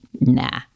nah